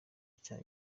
cyaha